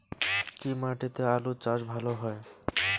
কি মাটিতে আলু চাষ ভালো হয়?